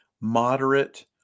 moderate